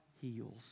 heals